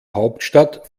hauptstadt